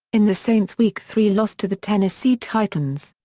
in the saints' week three loss to the tennessee titans.